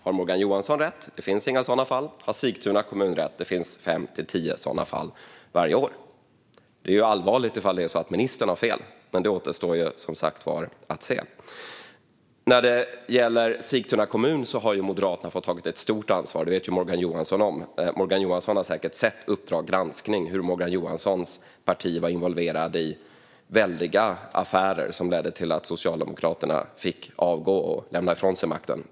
Har Morgan Johansson rätt om att det inte finns sådana fall, eller har Sigtuna kommun rätt om att det finns fem till tio sådana fall varje år? Det är allvarligt om ministern har fel, men det återstår att se. Moderaterna har fått ta ett stort ansvar när det gäller Sigtuna kommun. Det vet Morgan Johansson. Han har säkert sett Uppdrag granskning , där det framkommer hur Morgan Johanssons parti var involverat i väldiga affärer som ledde till att Socialdemokraterna fick avgå och lämna ifrån sig makten.